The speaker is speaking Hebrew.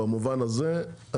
במובן הזה,